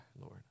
Lord